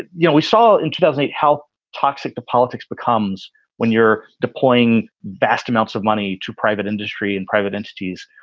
you know, we saw in two thousand and eight how toxic the politics becomes when you're deploying vast amounts of money to private industry and private entities.